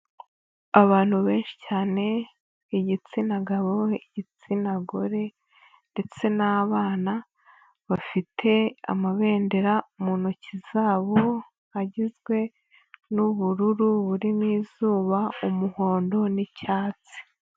Abantu benshi cyane, igitsina gabo, igitsina gore ndetse n'abana; bafite amabendera mu ntoki zabo agizwe n'ubururu burimo izuba, umuhondo, n'icyatsi.